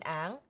ang